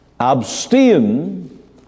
Abstain